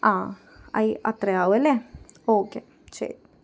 ആ അയ് അത്രയേ ആവു അല്ലേ ഓക്കെ ശരി